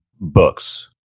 books